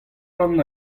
ran